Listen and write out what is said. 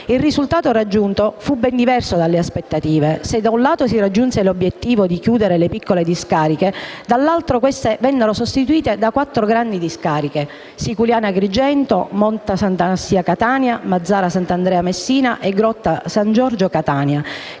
Il risultato raggiunto fu ben diverso dalle aspettative. Se da un lato si raggiunse l'obiettivo di chiudere le piccole discariche, dall'altro queste vennero sostituite da quattro grandi discariche: Siculiana (Agrigento), Motta Sant'Anastasia (Catania), Mazzara Sant'Andrea (Messina) e Grotta San Giorgio (Catania),